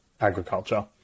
agriculture